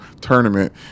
tournament